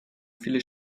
viele